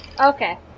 Okay